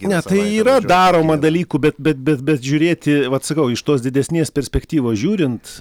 ne tai yra daroma dalykų bet bet bet žiūrėti vat sakau iš tos didesnės perspektyvos žiūrint